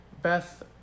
Beth